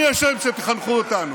מי אתם שתחנכו אותנו?